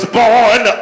born